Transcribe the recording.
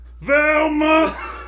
Velma